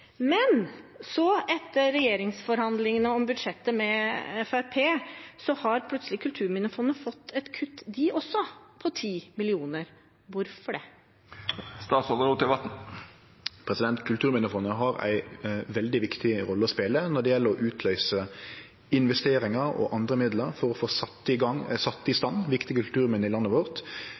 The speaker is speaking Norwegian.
Men så, etter regjeringsforhandlingene med Fremskrittspartiet om budsjettet, har Kulturminnefondet plutselig fått et kutt, de også, på 10 mill. kr. Hvorfor det? Kulturminnefondet har ei veldig viktig rolle å spele når det gjeld å utløyse investeringar og andre midlar for å få sett i stand viktige kulturminne i landet vårt.